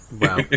Wow